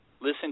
Listen